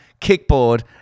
kickboard